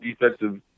defensive